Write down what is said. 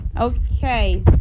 Okay